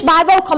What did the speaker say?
Bible